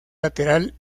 lateral